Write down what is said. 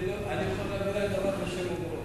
אני יכול להביא רק דברים בשם אומרם.